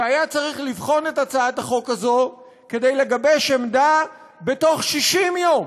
שהיה צריך לבחון את הצעת החוק הזאת כדי לגבש עמדה בתוך 60 יום.